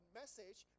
message